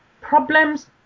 problems